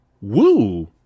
Woo